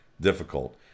difficult